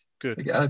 Good